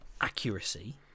accuracy